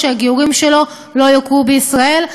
הגיורים שלו לא יוכרו בישראל.